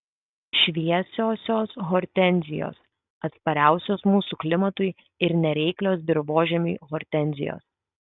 šviesiosios hortenzijos atspariausios mūsų klimatui ir nereiklios dirvožemiui hortenzijos